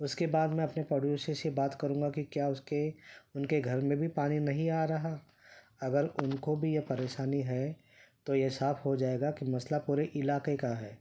اس کے بعد میں اپنے پڑوسی سے بات کروں گا کہ کیا اس کے ان کے گھر میں بھی پانی نہیں آ رہا اگر ان کو بھی یہ پریشانی ہے تو یہ صاف ہو جائے گا کہ مسئلہ پورے علاقے کا ہے